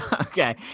Okay